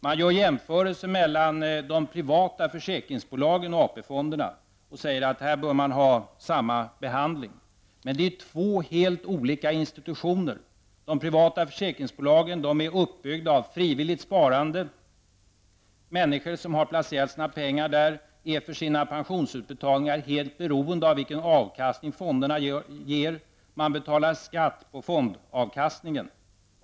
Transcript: Man gör jämförelser mellan de privata försäkringsbolagen och AP-fonderna och säger att man bör ha samma behandling, men det är två helt olika institutioner. De privata försäkringsbolagen är uppbyggda av frivilligt sparande. Människor som har placerat sina pengar där är för sina pensionsutbetalningar helt beroende av vilken avkastning fonderna ger för. Man betalar skatt på fondavkastningen.